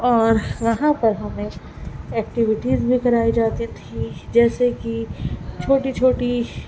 اور وہاں پر ہمیں ایکٹیوٹیز بھی کرائی جاتی تھی جیسے کے چھوٹی چھوٹی